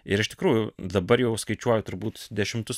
ir iš tikrųjų dabar jau skaičiuoju turbūt dešimtus